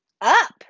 up